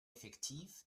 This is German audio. effektiv